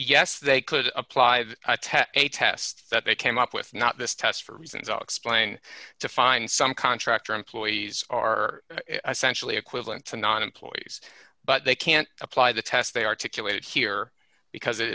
yes they could apply a test that they came up with not this test for reasons i explain to find some contractor employees are essentially equivalent to non employees but they can't apply the test they articulated here because it